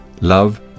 Love